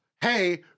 hey